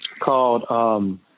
called